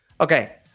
Okay